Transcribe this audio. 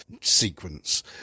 sequence